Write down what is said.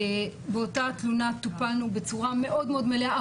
באותה תלונה טיפלנו בצורה מאוד מאוד מלאה,